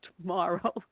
tomorrow